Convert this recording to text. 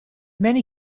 many